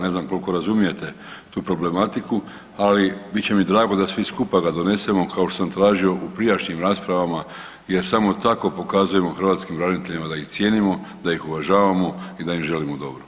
Ne znam koliko razumijete tu problematiku, ali bit će mi drago da svi skupa ga donesemo kao što sam tražio u prijašnjim raspravama jer samo tako pokazujemo hrvatskim braniteljima da ih cijenimo, da ih uvažavamo i da želimo dobro.